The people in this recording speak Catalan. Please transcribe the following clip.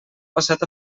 passat